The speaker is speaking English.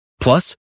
Plus